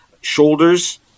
Shoulders